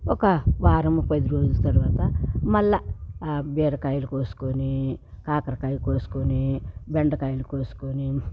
ఒక వారం పదిరోజుల తర్వాత మళ్ళా బీరకాయలు కోసుకుని కాకరకాయలు కోసుకుని బెండకాయలు కోసుకుని